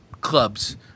clubs